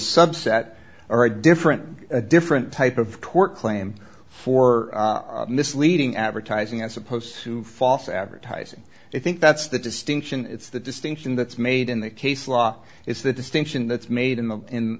subset or a different a different type of tort claim for misleading advertising as opposed to false advertising i think that's the distinction it's the distinction that's made in the case law is the distinction that's made in the in